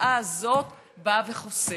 ההצעה הזאת באה וחוסמת,